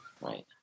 Right